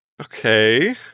Okay